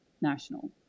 national